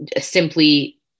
simply